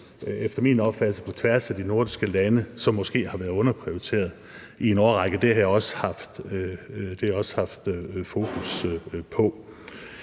efter min opfattelse er – på tværs af de nordiske lande, som måske har været underprioriteret i en årrække. Det har vi også haft fokus på.